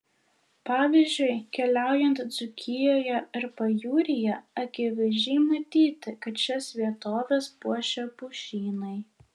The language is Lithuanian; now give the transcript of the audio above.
pavyzdžiui keliaujant dzūkijoje ar pajūryje akivaizdžiai matyti kad šias vietoves puošia pušynai